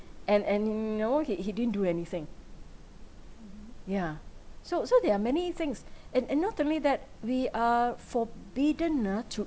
and and y~ you know he he didn't do anything yeah so so there are many things and and not only that we are forbidden ah to